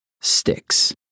sticks